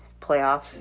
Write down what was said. playoffs